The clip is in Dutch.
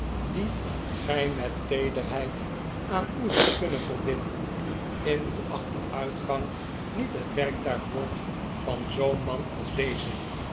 die gij met teederheid aan u hadt kunnen verbinden in uw achteruitgang niet het werktuig wordt van zoo'n man als deze